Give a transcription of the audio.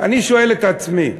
אני שואל את עצמי,